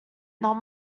not